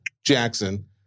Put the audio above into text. Jackson